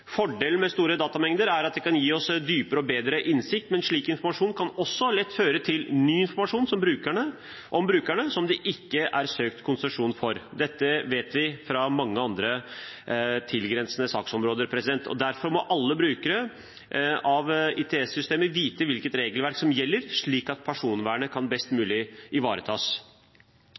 Fordelen med store datamengder er at det kan gi oss dypere og bedre innsikt, men slik informasjon kan også lett føre til ny informasjon om brukerne som det ikke er søkt konsesjon for. Dette vet vi fra mange andre tilgrensende saksområder. Derfor må alle brukere av ITS-systemer vite hvilket regelverk som gjelder, slik at personvernet kan ivaretas best